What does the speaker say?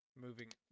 Moving